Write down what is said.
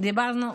דיברנו,